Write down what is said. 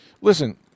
Listen